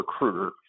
recruiter